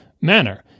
manner